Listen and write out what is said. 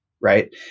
right